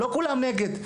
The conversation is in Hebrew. לא כולם נגד.